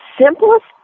simplest